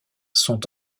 sont